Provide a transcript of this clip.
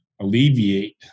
alleviate